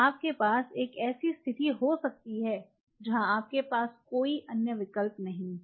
आपके पास एक ऐसी स्थिति हो सकती है जहां आपके पास कोई अन्य विकल्प नहीं है